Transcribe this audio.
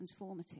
transformative